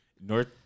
North